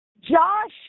Josh